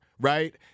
right